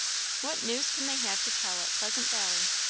what news can they have to tell at pleasant valley?